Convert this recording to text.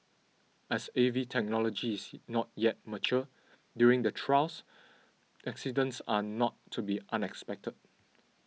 as A V technology's not yet mature during the trials accidents are not to be unexpected